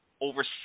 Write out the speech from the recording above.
over